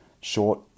Short